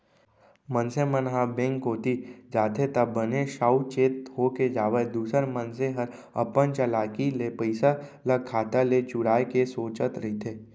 मनसे मन ह बेंक कोती जाथे त बने साउ चेत होके जावय दूसर मनसे हर अपन चलाकी ले पइसा ल खाता ले चुराय के सोचत रहिथे